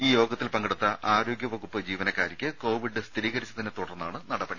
ഈ യോഗത്തിൽ പങ്കെടുത്ത ആരോഗ്യവകുപ്പ് ജീവനക്കാരിക്ക് കോവിഡ് സ്ഥിരീകരിച്ചതിനെത്തുടർന്നാണ് നടപടി